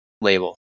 label